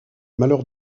malheur